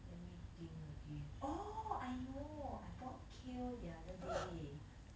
let me think again oh I know I bought kale the other day